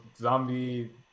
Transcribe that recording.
zombie